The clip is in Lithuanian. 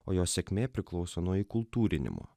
o jos sėkmė priklauso nuo įkultūrinimo